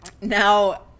Now